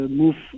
move